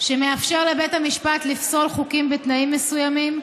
שמאפשר לבית המשפט לפסול חוקים בתנאים מסוימים,